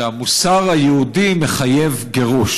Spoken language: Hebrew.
שהמוסר היהודי מחייב גירוש.